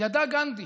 ידע גנדי